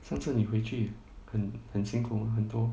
上次你回去很很辛苦很多